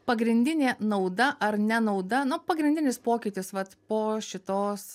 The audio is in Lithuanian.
pagrindinė nauda ar nenauda nu pagrindinis pokytis vat po šitos